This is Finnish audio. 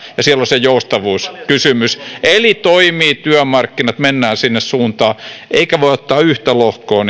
siellä on se joustavuuskysymys eli työmarkkinat toimivat mennään sinne suuntaan eikä sieltä voi ottaa yhtä lohkoa